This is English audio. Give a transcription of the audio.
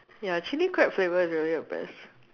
ya actually quite flavour is already oppressed